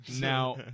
Now